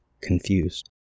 confused